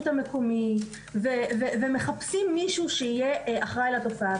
המקומית ומחפשים מישהו שיהיה אחראי לתופעה.